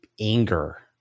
anger